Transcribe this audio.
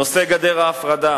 נושא גדר ההפרדה,